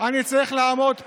אני צריך לעמוד פה,